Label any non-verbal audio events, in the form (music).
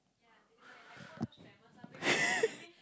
(laughs)